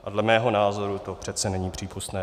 A dle mého názoru to přece není přípustné.